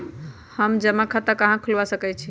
हम जमा खाता कहां खुलवा सकई छी?